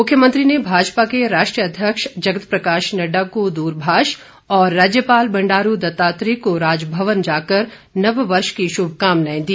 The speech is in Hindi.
मुख्यमंत्री ने भाजपा के राष्ट्रीय अध्यक्ष जगत प्रकाश नड्डा को दूरभाष और राज्यपाल बंडारू दत्तात्रेय को राजभवन जाकर नववर्ष की शुभकामनाएं दी